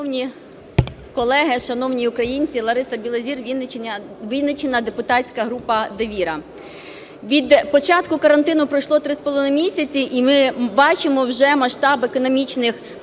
Шановні колеги, шановні українці! Лариса Білозір, Вінниччина, депутатська група "Довіра". Від початку карантину пройшло 3,5 місяці і ми бачимо вже масштаби економічних потрясінь